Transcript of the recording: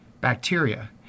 bacteria